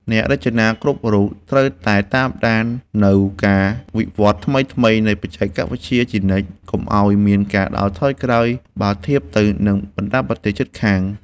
អ្នករចនាគ្រប់រូបត្រូវតែតាមដាននូវការវិវឌ្ឍថ្មីៗនៃបច្ចេកវិទ្យាជានិច្ច កុំឱ្យមានការដើរថយក្រោយបើធៀបទៅនឹងបណ្តាប្រទេសជិតខាង។